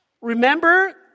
remember